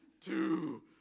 two